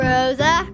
Rosa